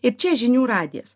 ir čia žinių radijas